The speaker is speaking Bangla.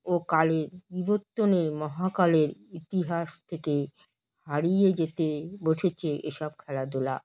ও কালের বিবর্তনে মহাকালের ইতিহাস থেকে হারিয়ে যেতে বসেছে এসব খেলাধুলা